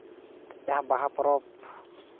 ᱡᱟᱦᱟᱸ ᱵᱟᱦᱟ ᱯᱚᱨᱚᱵᱽ